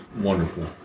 wonderful